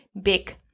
big